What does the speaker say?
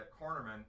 cornerman